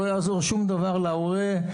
לא יעזור שום דבר להורה,